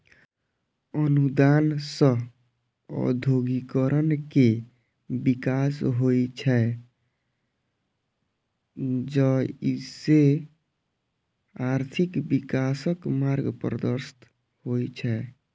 अनुदान सं औद्योगिकीकरण के विकास होइ छै, जइसे आर्थिक विकासक मार्ग प्रशस्त होइ छै